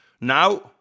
Now